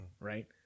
Right